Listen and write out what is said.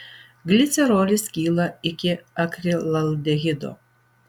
glicerolis skyla iki akrilaldehido